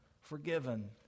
forgiven